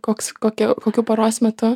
koks kokia kokiu paros metu